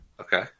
Okay